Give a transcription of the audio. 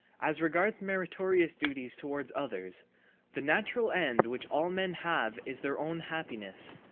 as regards meritorious duties towards others the natural end which all men have is their own happiness.